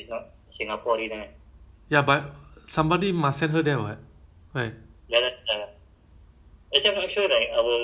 um I think tak boleh ah but eh but dia P_R right yang syakilah iman is P_R maybe ah I think